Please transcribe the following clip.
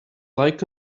like